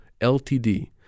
LTD